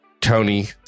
Tony